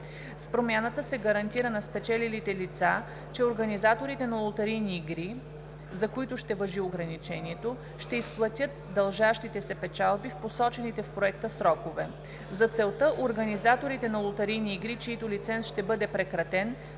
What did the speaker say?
С промяната се гарантира на спечелилите лица, че организаторите на лотарийни игри, за които ще важи ограничението, ще изплатят дължащите се печалби в посочените в Проекта срокове. За целта организаторите на лотарийни игри, чийто лиценз ще бъде прекратен,